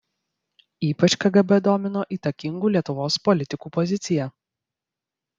ypač kgb domino įtakingų lietuvos politikų pozicija